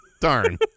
darn